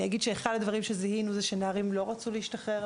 אני אגיד שאחד הדברים שזיהינו זה שנערים לא רצו להשתחרר.